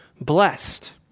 blessed